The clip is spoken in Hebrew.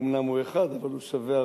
אומנם הוא אחד אבל הוא שווה הרבה,